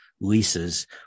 leases